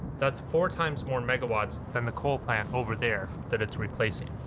that's four times more megawatts than the coal plant over there that it's replacing.